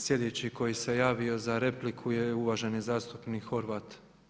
Slijedeći koji se javio za repliku je uvaženi zastupnik Horvat.